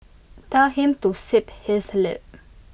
tell him to zip his lip